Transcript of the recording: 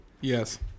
Yes